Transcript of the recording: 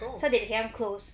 so they become close